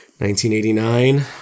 1989